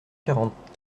quarante